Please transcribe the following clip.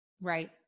Right